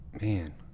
man